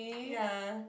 ya